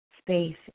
space